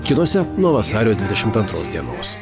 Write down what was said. kinuose nuo vasario dvidešimt antros dienos